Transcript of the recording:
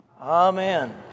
Amen